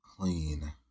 Clean